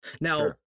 Now